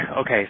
Okay